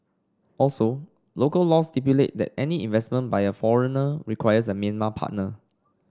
also local laws stipulate that any investment by a foreigner requires a Myanmar partner